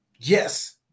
Yes